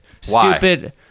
stupid